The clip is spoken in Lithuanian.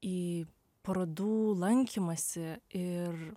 į parodų lankymąsi ir